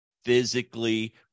physically